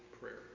prayer